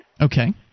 Okay